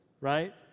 right